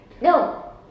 No